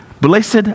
Blessed